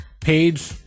page